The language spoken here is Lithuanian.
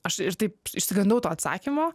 aš ir taip išsigandau to atsakymo